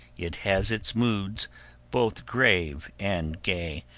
it has its moods both grave and gay,